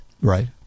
Right